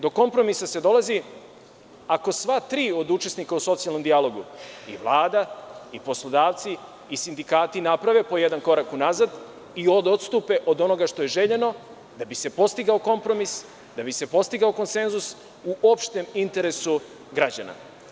Do kompromisa se dolazi ako sva tri od učesnika u socijalnom dijalogu, i Vlada, i poslodavci i sindikati naprave po jedan korak unazad i odstupe od onoga što je željeno, da bi se postigao kompromis, da bi se postigao konsenzus u opštem interesu građana.